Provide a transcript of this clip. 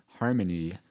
Harmony